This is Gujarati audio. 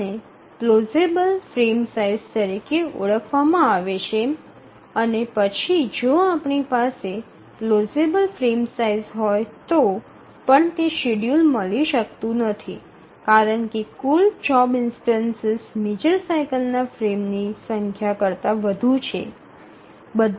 આને પ્લોઝેબલ ફ્રેમ સાઇઝ તરીકે ઓળખવામાં આવે છે અને પછી જો આપણી પાસે પ્લોઝેબલ ફ્રેમ સાઇઝ હોય તો પણ તે શેડ્યૂલ મળી શકતું નથી કારણ કે કુલ જોબ ઇન્સ્ટનસિસ મેજર સાઇકલ ના ફ્રેમ્સની સંખ્યા કરતા વધુ છે